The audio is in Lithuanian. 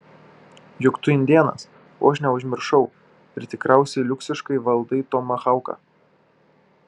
juk tu indėnas vos neužmiršau ir tikriausiai liuksiškai valdai tomahauką